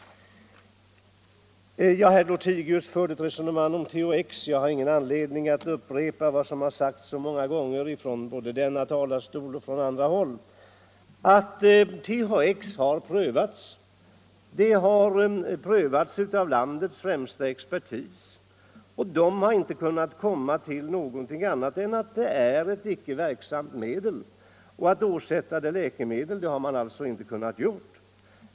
Herr Lothigius förde ett resonemang om THX. Jag har ingen anledning att upprepa vad som har sagts så många gånger från denna talarstol och från andra håll. THX har prövats av landets främsta expertis, och den har inte kunnat komma till någon annan slutsats än att det är ett icke verksamt medel. Man har alltså inte kunnat åsätta det beteckningen läkemedel.